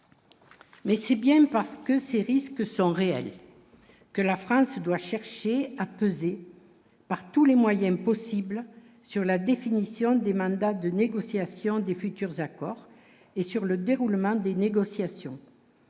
Mais c'est bien parce que ces risques sont réels, que la France doit chercher à peser par tous les moyens possibles sur la définition des mandats de négociation des futurs accords et sur le déroulement des négociations.